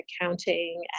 accounting